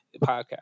podcast